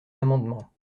amendements